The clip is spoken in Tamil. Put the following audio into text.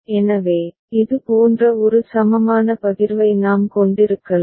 எனவே இது போன்ற ஒரு சமமான பகிர்வை நாம் கொண்டிருக்கலாம்